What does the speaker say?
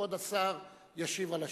כבוד השר ישיב על השאלות.